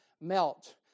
melt